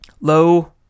Low